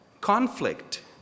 conflict